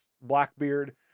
Blackbeard